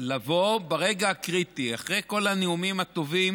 לבוא ברגע קריטי, אחרי כל הנאומים הטובים